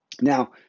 now